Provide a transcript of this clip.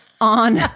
On